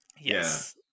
Yes